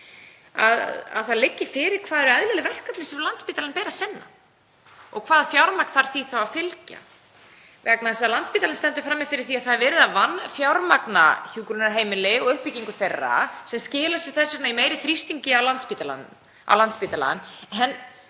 að það liggi fyrir hvað séu eðlileg verkefni sem Landspítala beri að sinna og hvaða fjármagn þurfi þá að fylgja. Landspítalinn stendur frammi fyrir því að verið er að vanfjármagna hjúkrunarheimili og uppbyggingu þeirra sem skilar sér þess vegna í meiri þrýstingi á Landspítalann.